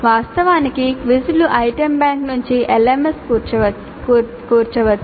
వాస్తవానికి క్విజ్ను item bank నుంచి LMS కూర్చవచ్చు